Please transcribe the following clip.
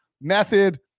method